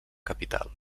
capital